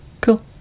cool